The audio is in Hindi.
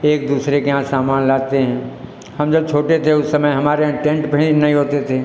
एक दूसरे के यहाँ से सामान लाते हैं हम जब छोटे थे उस समय यहाँ टेंट भी नहीं होती थी